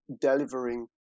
delivering